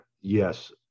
Yes